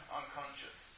unconscious